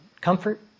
comfort